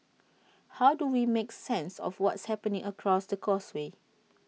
how do we make sense of what's happening across the causeway